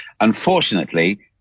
unfortunately